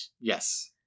yes